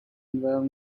well